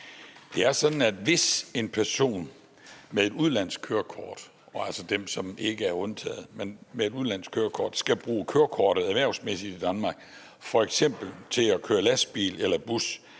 Det er sådan, at hvis en person med et udenlandsk kørekort – altså en, som ikke er undtaget – skal bruge kørekortet erhvervsmæssigt i Danmark, f.eks. til at køre lastbil eller bus,